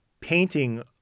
painting